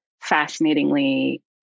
fascinatingly